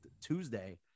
Tuesday